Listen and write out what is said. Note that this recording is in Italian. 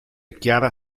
chiara